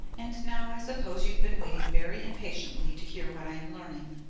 and now i suppose you've been waiting very impatiently to hear what i am learning?